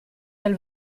del